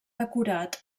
decorat